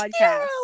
podcast